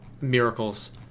miracles